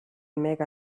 make